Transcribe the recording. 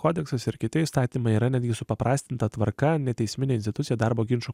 kodeksas ir kiti įstatymai yra netgi supaprastinta tvarka neteisminė institucija darbo ginčų